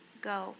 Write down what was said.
Go